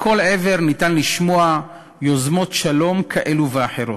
מכל עבר אפשר לשמוע יוזמות שלום כאלו ואחרות.